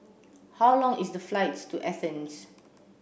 how long is the flight to Athens